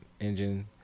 engine